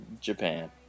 Japan